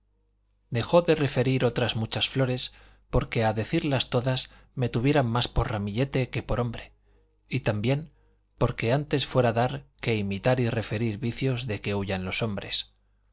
dejo de referir otras muchas flores porque a decirlas todas me tuvieran más por ramillete que por hombre y también porque antes fuera dar que imitar que referir vicios de que huyan los hombres